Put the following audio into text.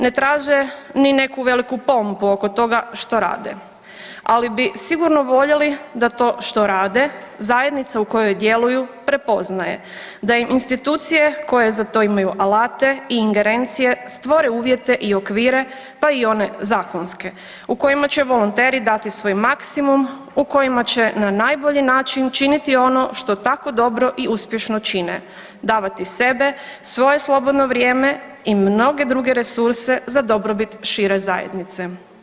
Ne traže ni neku veliku pompu oko toga što rade, ali bi sigurno voljeli da to što rade zajednica u kojoj djeluju prepoznaje, da im institucije koje za to imaju alate i ingerencije stvore uvjete i okvire pa i one zakonske u kojima će volonteri dati svoj maksimum, u kojima će na najbolji način činiti ono što tako dobro i uspješno čine, davati sebe, svoje slobodno vrijeme i mnoge druge resurse za dobrobit šire zajednice.